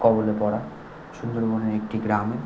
কবলে পড়া সুন্দরবনের একটি গ্রামে